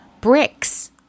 bricks